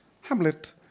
hamlet